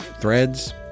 Threads